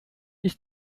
ist